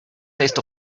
taste